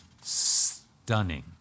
stunning